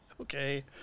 okay